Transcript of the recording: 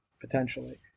potentially